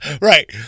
Right